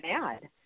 mad